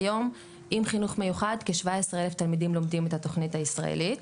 כיום עם חינוך מיוחד כ-17,000 תלמידים לומדים את התכנית הישראלית,